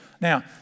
Now